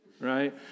Right